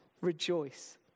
rejoice